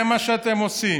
זה מה שאתם עושים,